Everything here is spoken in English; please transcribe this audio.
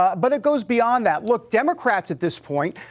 but it goes beyond. that look, democrats at this point,